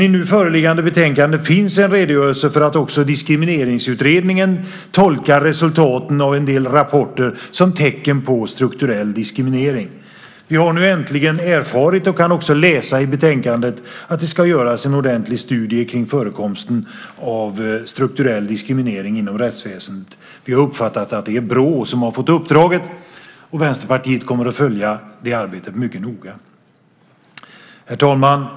I nu föreliggande betänkande finns en redogörelse för att också Diskrimineringsutredningen tolkar resultaten av en del rapporter som tecken på strukturell diskriminering. Vi har nu äntligen erfarit, och kan också läsa i betänkandet, att det ska göras en ordentlig studie om förekomsten av strukturell diskriminering inom rättsväsendet. Vi har uppfattat att det är Brå som har fått uppdraget. Vänsterpartiet kommer att följa det arbetet mycket noga. Herr talman!